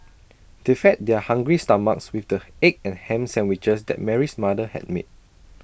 they fed their hungry stomachs with the egg and Ham Sandwiches that Mary's mother had made